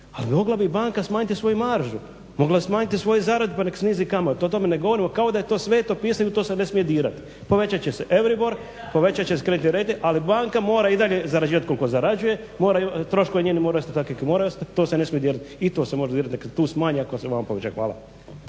Ali mogla bi i banka smanjiti svoju maržu, mogla bi smanjiti svoju zaradu pa nek snizi kamatu, o tome ne govorimo kao da je to sveto pismo u to se ne smije dirati. Povećat će se euribor, povećat će se kreditni rejting, ali banka mora i dalje zarađivat koliko zarađuje, troškovi njeni moraju ostati takvi kakvi moraju ostati, to se ne smije dirati. I to se može dirati, neka tu smanje ako se ovdje povećava. Hvala.